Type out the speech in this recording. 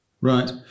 Right